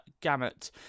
gamut